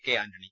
K Antony